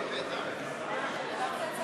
כן, בטח,